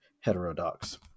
heterodox